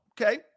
okay